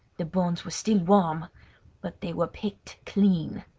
the bones were still warm but they were picked clean.